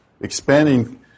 expanding